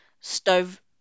stove